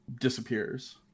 disappears